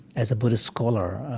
as a buddhist scholar,